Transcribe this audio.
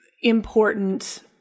important